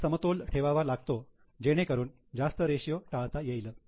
तुम्हाला समतोल ठेवावा लागतो जेणेकरून जास्त रेषीयो टाळता येईल